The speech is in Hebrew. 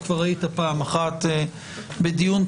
כבר היית פעם אחת כאן בדיון.